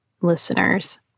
listeners